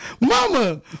mama